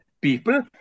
People